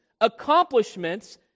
accomplishments